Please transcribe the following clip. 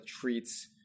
treats